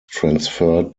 transferred